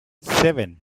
seven